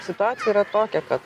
situacija yra tokia kad